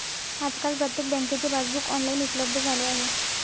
आजकाल प्रत्येक बँकेचे पासबुक ऑनलाइन उपलब्ध झाले आहे